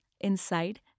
inside